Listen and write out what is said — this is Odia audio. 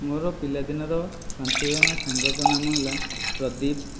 ମୋର ପିଲାଦିନର ପାଞ୍ଚ ଜଣ ସାଙ୍ଗଙ୍କ ନାମ ହେଲା ପ୍ରଦୀପ୍